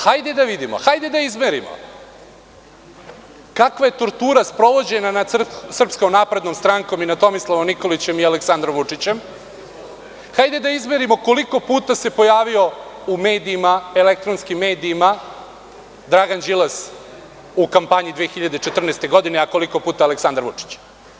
Hajde da vidimo, hajde da izmerimo kakva je tortura sprovođena nad SNS i nad Tomislavom Nikolićem i Aleksandrom Vučićem, hajde da izmerimo koliko puta se pojavio u elektronskim medijima Dragan Đilas u kampanji 2014. godine, a koliko puta Aleksandar Vučić.